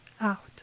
out